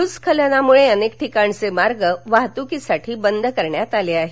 भूस्खलनामुळे अनेक ठिकाणचे मार्ग वाहतूकीसाठी बंद करण्यात आले आहेत